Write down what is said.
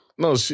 No